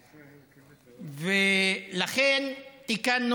לכן, תיקנו